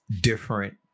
different